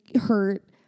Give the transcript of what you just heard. hurt